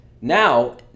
Now